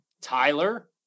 Tyler